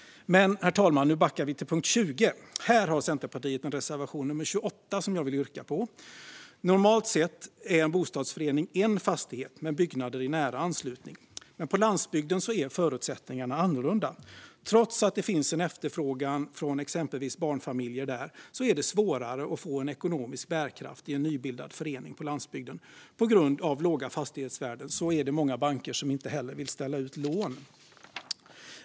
Men, herr talman, nu backar vi till punkt 20. Här har Centerpartiet en reservation, nummer 28, som jag vill yrka bifall till. Normalt sett är en bostadsrättsförening en fastighet med byggnader i nära anslutning. På landsbygden är förutsättningarna annorlunda. Trots att det finns en efterfrågan från exempelvis barnfamiljer är det svårare att få ekonomisk bärkraft i en nybildad förening på landsbygden. På grund av låga fastighetsvärden är det också många banker som inte vill ställa ut lån.